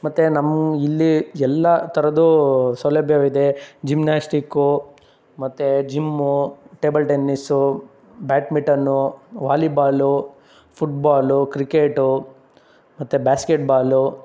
ಮತ್ತು ನಮ್ಮ ಇಲ್ಲಿ ಎಲ್ಲ ಥರದ್ದು ಸೌಲಭ್ಯವಿದೆ ಜಿಮ್ನ್ಯಾಸ್ಟಿಕ್ಕು ಮತ್ತು gym table tennis badminton volleyball football cricket ಮತ್ತು ಬಾಸ್ಕೆಟ್ ಬಾಲು